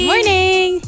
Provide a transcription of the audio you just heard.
Morning